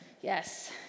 Yes